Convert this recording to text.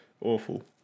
Awful